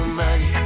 money